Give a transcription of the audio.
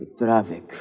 Dravik